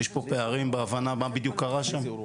יש פה פערים בהבנה מה בדיוק קרה שם.